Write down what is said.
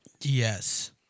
Yes